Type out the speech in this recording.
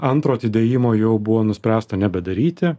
antro atidėjimo jau buvo nuspręsta nebedaryti